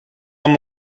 amb